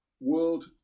world